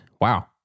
Wow